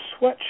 sweatshirt